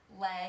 leg